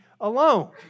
alone